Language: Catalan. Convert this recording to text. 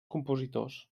compositors